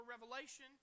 Revelation